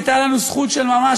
הייתה לנו זכות של ממש,